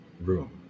room